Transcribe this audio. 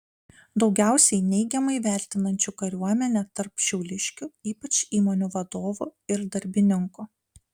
daugiausiai neigiamai vertinančių kariuomenę tarp šiauliškių ypač įmonių vadovų ir darbininkų